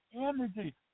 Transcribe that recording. energy